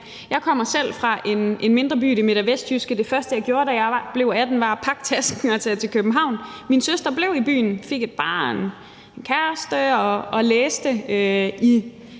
Jeg kommer selv fra en mindre by i det midt- og vestjyske, og det første, jeg gjorde, da jeg blev 18 år, var at pakke tasken og tage til København. Min søster blev i byen, fik en kæreste, et barn og læste i,